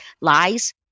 lies